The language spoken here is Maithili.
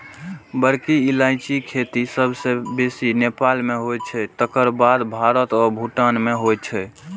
बड़की इलायचीक खेती सबसं बेसी नेपाल मे होइ छै, तकर बाद भारत आ भूटान मे होइ छै